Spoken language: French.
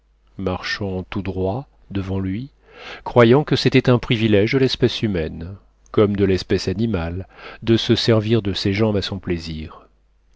marchant tout droit devant lui croyant que c'était un privilège de l'espèce humaine comme de l'espèce animale de se servir de ses jambes à son plaisir